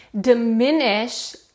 diminish